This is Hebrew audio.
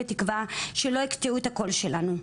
בתקווה שלא יקטעו את הקול שלנו.